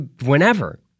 whenever